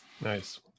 nice